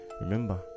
Remember